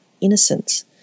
innocence